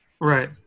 right